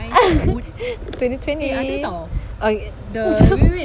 twenty twenty